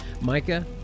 Micah